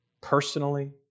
personally